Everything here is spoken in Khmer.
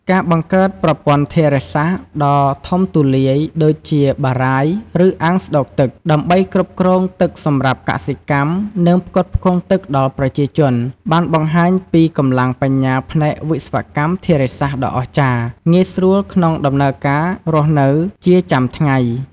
ការបង្កើតប្រព័ន្ធធារាសាស្ត្រដ៏ធំទូលាយដូចជាបារាយណ៍ ឬ អាងស្តុកទឹក ដើម្បីគ្រប់គ្រងទឹកសម្រាប់កសិកម្ម និងផ្គត់ផ្គង់ទឹកដល់ប្រជាជន បានបង្ហាញពីកម្លាំងបញ្ញាផ្នែកវិស្វកម្មធារាសាស្ត្រដ៏អស្ចារ្យងាយស្រួលក្នុងដំណើរការរស់នៅជាចាំថ្ងៃ។